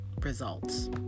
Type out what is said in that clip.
results